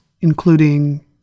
including